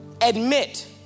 admit